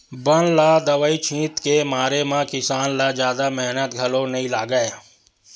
बन ल दवई छित के मारे म किसान ल जादा मेहनत घलो नइ लागय